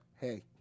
hey